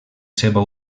seva